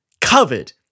covered